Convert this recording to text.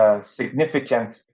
significant